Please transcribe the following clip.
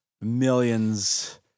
millions